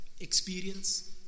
experience